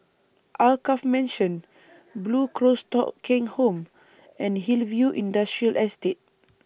Alkaff Mansion Blue Cross Thong Kheng Home and Hillview Industrial Estate